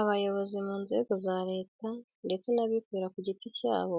Abayobozi mu nzego za Leta ndetse n'abikorera ku giti cyabo,